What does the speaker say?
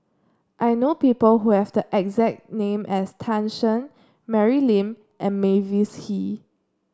I know people who have the exact name as Tan Shen Mary Lim and Mavis Hee